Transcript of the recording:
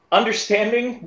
understanding